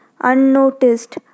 unnoticed